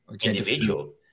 individual